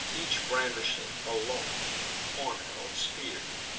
each brandishing aloft a cornel spear.